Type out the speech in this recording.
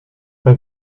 pas